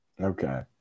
Okay